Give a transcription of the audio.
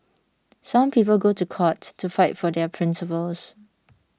some people go to court to fight for their principles